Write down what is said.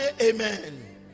amen